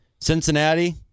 Cincinnati